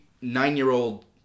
nine-year-old